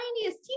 tiniest